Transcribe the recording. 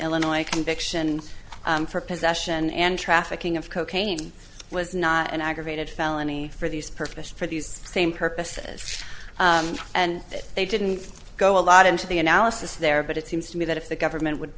illinois conviction for possession and trafficking of cocaine was not an aggravated felony for these purposes for these same purposes and that they didn't go a lot into the analysis there but it seems to me that if the government would